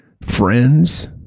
friends